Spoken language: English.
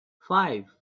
five